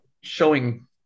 showing